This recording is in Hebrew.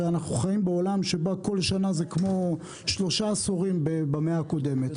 הרי אנחנו חיים בעולם שבו כל שנה זה כמו שלושה עשורים במאה הקודמת,